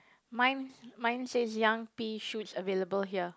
mine mine says young pea shoots available here